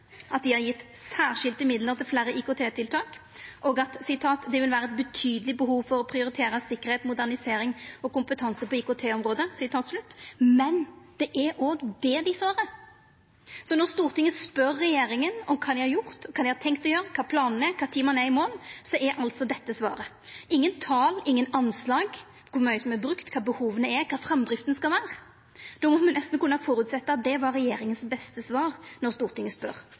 at dei har gjeve særskilde midlar til fleire IKT-tiltak, og at det vil vera eit betydeleg behov for å prioritera sikkerheit, modernisering og kompetanse på IKT-området. Men det er òg det dei svarer. Når Stortinget spør regjeringa om kva dei har gjort, kva dei har tenkt å gjera, kva planane er, kva tid ein er i mål, er altså dette svaret – ingen tal, ingen anslag over kor mykje som er brukt, kva behova er, kva framdrifta skal vera. Då må me nesten kunna føresetja at det var det beste svaret frå regjeringa når Stortinget spør